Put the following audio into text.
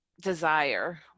desire